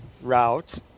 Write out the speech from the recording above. route